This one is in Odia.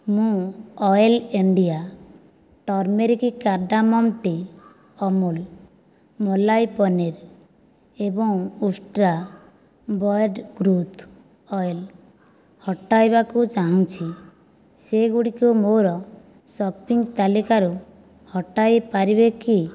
ମୁଁ oil India turmeric cardamom tea Amul malai paneer ଏବଂ ଉଷ୍ଟ୍ରା ବେୟର୍ଡ଼୍ ଗ୍ରୋଥ୍ ଅଏଲ୍ ହଟାଇବାକୁ ଚାହୁଁଛି ସେଗୁଡ଼ିକୁ ମୋ'ର ସପିଂ ତାଲିକାରୁ ହଟାଇ ପାରିବେ କି